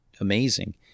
amazing